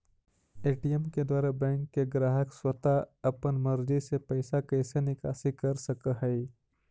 ATM के द्वारा bank के ग्राहक स्वता अपन मर्जी से पैइसा के निकासी कर सकऽ हइ